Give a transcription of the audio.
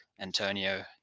Antonio